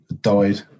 died